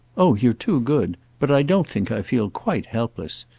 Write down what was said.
oh you're too good but i don't think i feel quite helpless.